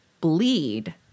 bleed